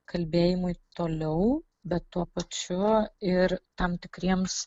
kalbėjimui toliau bet tuo pačiu ir tam tikriems